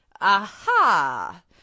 aha